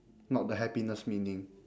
not the happiness meaning